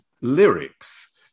lyrics